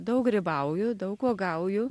daug grybauju daug uogauju